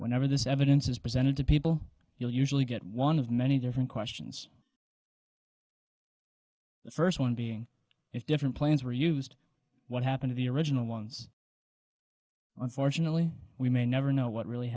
whenever this evidence is presented to people you know usually get one of many different questions the first one being if different planes were used what happen to the original ones unfortunately we may never know what really